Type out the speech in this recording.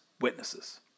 witnesses